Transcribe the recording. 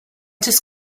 just